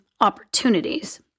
opportunities